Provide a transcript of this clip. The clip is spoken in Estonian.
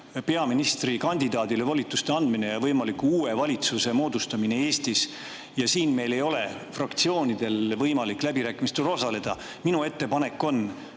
peaministrikandidaadile volituste andmine ja võimaliku uue valitsuse moodustamine Eestis, ei ole fraktsioonidel võimalik läbirääkimistel osaleda. Minu ettepanek on,